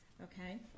Okay